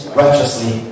righteously